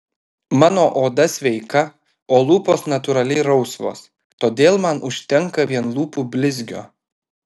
mano oda sveika o lūpos natūraliai rausvos todėl man užtenka vien lūpų blizgio